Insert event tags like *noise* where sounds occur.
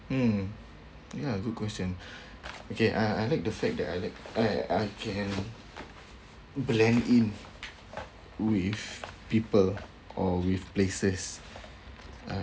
mm ya good question *breath* okay I I like the fact that I like I I can blend in with people or with places uh